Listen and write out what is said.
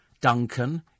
Duncan